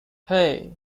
hey